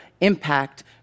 impact